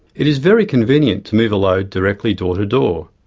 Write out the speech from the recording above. it is very convenient to move a load directly door to door.